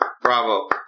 Bravo